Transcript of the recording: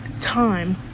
time